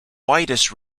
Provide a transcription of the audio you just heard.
widest